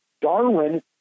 Darwin